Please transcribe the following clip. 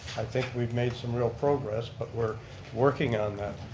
i think we've made some real progress, but we're working on that.